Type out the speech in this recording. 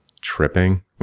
Tripping